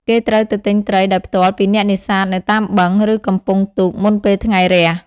គេត្រូវទៅទិញត្រីដោយផ្ទាល់ពីអ្នកនេសាទនៅតាមបឹង ឬកំពង់ទូកមុនពេលថ្ងៃរះ។